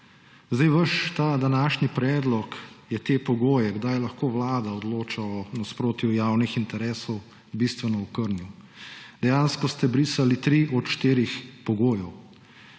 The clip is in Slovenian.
Ta vaš današnji predlog je te pogoje, kdaj lahko vlada odloča o nasprotju javnih interesov, bistveno okrnil. Dejansko ste brisali tri od štirih pogojev.